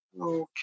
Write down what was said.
okay